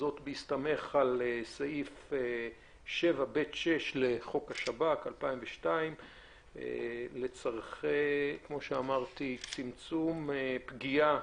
וזאת בהסתמך על סעיף 7 (ב)(6) לחוק השב"כ 2002 לצורכי צמצום פגיעה